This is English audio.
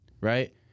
right